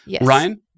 Ryan